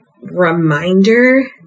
reminder